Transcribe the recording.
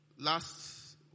Last